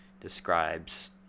describes